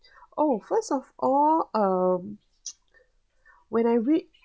oh first of all um when I reach